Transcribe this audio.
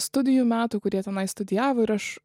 studijų metų kurie tenai studijavo ir aš